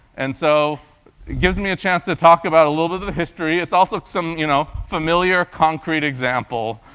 and so it gives me a chance to talk about a little bit of the history. it's also some you know familiar concrete example,